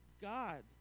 God